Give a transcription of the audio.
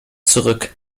zurück